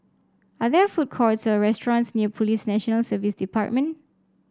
are there food courts or restaurants near Police National Service Department